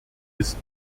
ist